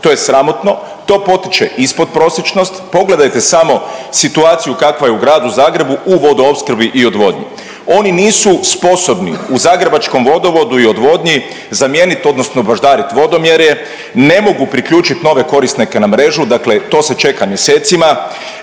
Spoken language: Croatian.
To je sramotno. To potiče ispod prosječnost. Pogledajte samo situaciju kakva je u Gradu Zagrebu u vodoopskrbi i odvodnji. Oni nisu sposobni u zagrebačkom Vodovodu i odvodnji zamijeniti odnosno baždarit vodomjere, ne mogu priključit nove korisnike na mrežu, dakle to se čeka mjesecima,